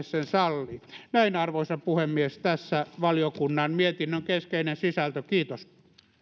sen sallii arvoisa puhemies tässä valiokunnan mietinnön keskeinen sisältö kiitos arvoisa